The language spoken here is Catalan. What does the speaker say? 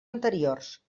anteriors